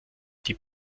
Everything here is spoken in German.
die